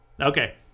Okay